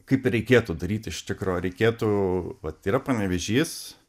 kaip reikėtų daryt iš tikro reikėtų vat yra panevėžys